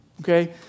okay